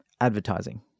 advertising